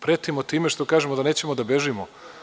Pretimo time što kažemo da nećemo da bežimo.